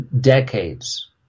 decades